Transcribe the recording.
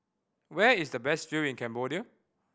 where is the best do in Cambodia